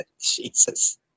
Jesus